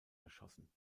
erschossen